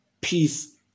peace